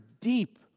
deep